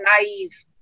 naive